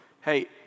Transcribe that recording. hey